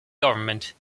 government